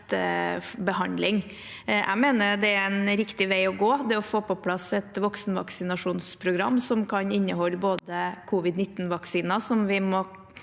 budsjettbehandling. Jeg mener det er en riktig vei å gå – å få på plass et voksenvaksinasjonsprogram som kan inneholde både covid-19-vaksiner, som mange